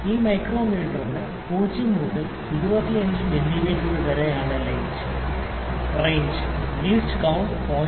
ഈ മൈക്രോമീറ്ററിന് 0 മുതൽ 25 മില്ലീമീറ്റർ വരെയാണ് റേഞ്ച് ലീസ്റ്റ് കൌണ്ട് 0